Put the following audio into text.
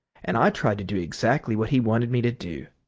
and i tried to do exactly what he wanted me to do.